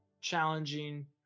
challenging